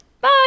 Bye